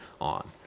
on